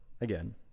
again